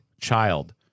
child